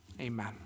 Amen